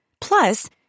Plus